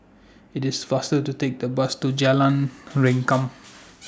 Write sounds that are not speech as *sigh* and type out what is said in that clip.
IT IS faster to Take The Bus to Jalan *noise* Rengkam